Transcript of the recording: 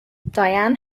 diane